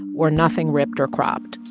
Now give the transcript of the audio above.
wore nothing ripped or cropped.